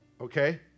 Okay